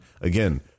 again